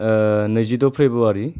ओ नैजिद' फेब्रुवारि